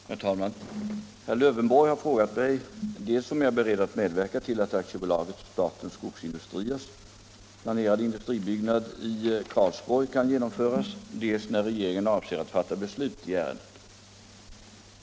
Herr talman! Herr Lövenborg har frågat mig dels om jag är beredd att medverka till att Aktiebolaget Statens Skogsindustriers planerade industriutbyggnad i Karlsborg kan genomföras, dels när regeringen avser att fatta beslut i ärendet.